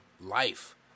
life